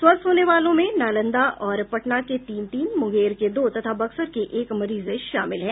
स्वस्थ होने वालों में नालंदा और पटना के तीन तीन मुंगेर के दो तथा बक्सर के एक मरीज शामिल हैं